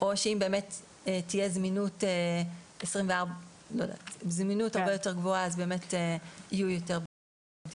או שאם באמת תהיה זמינות הרבה יותר גבוהה אז באמת יהיו יותר בדיקות.